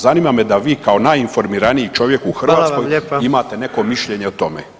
Zanima me da vi kao najinformiraniji čovjek u Hrvatskoj [[Upadica: Hvala vam lijepa]] imate neko mišljenje o tome.